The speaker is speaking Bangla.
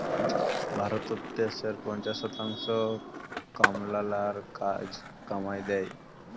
ভারতত দ্যাশের পঞ্চাশ শতাংশ কামলালার কাজ কামাই দ্যায়